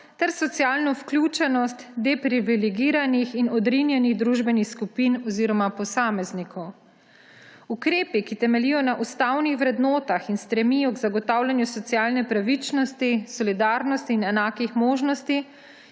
ter socialno vključenost deprivilegiranih in odrinjenih družbenih skupin oziroma posameznikov. Ukrepi, ki temeljijo na ustavnih vrednotah in stremijo k zagotavljanju socialne pravičnosti, solidarnosti in enakih možnosti,